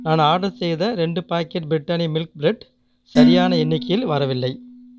நான் ஆர்டர் செய்த ரெண்டு பேக்கெட் பிரிட்டானியா மில்க் ப்ரெட் சரியான எண்ணிக்கையில் வரவில்லை